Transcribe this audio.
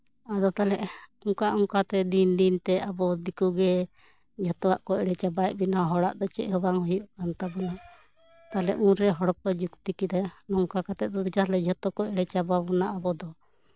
ᱟᱫᱚ ᱛᱟᱦᱚᱞᱮ ᱚᱱᱠᱟ ᱚᱱᱠᱟᱛᱮ ᱫᱤᱱ ᱫᱤᱱᱛᱮ ᱟᱵᱚ ᱫᱤᱠᱩ ᱜᱮ ᱡᱷᱚᱛᱚᱣᱟᱜ ᱠᱚ ᱮᱲᱮ ᱪᱟᱵᱟᱭᱮᱜ ᱵᱚᱱᱟ ᱦᱚᱲᱮᱜ ᱫᱚ ᱪᱮᱫ ᱦᱚᱸ ᱵᱟᱝ ᱦᱳᱭᱚᱜ ᱠᱟᱱ ᱛᱟᱵᱳᱱᱟ ᱛᱟᱦᱚᱞᱮ ᱩᱱᱨᱮ ᱦᱚᱲ ᱠᱚ ᱡᱩᱠᱛᱤ ᱠᱮᱫᱟ ᱱᱚᱝᱠᱟ ᱠᱟᱛᱮᱜ ᱫᱚ ᱛᱟᱦᱚᱞᱮ ᱡᱷᱚᱛᱚ ᱠᱚ ᱮᱲᱮ ᱪᱟᱵᱟ ᱵᱚᱱᱟ ᱟᱵᱚ ᱫᱚ